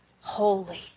holy